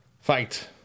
fight